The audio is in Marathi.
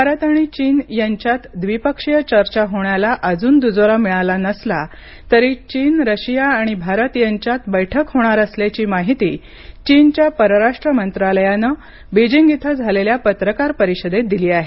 भारत आणि चीन यांच्यात द्विपक्षीय चर्चा होण्याला अजून दुजोरा मिळाला नसला तरी चीन रशिया आणि भारत यांच्यात बैठक होणार असल्याची माहिती चीनच्या परराष्ट्र मंत्रालयानं बीजिंग इथं झालेल्या पत्रकार परिषदेत दिली आहे